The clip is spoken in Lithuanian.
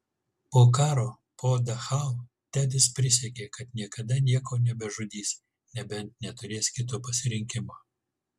po karo po dachau tedis prisiekė kad niekada nieko nebežudys nebent neturės kito pasirinkimo